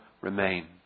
remain